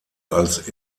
als